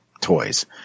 toys